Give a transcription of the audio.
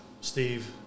Steve